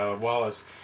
Wallace